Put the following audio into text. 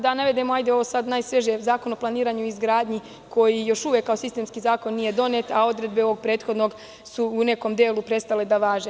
Da navedemo ovo najsvežije – Zakon o planiranju i izgradnji, koji još uvek kao sistemski zakon nije donet, a odredbe ovog prethodnog su u nekom delu prestale da važe.